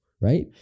Right